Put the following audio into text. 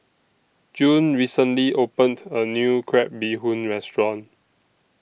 June recently opened A New Crab Bee Hoon Restaurant